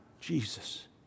Jesus